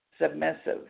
submissive